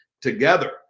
together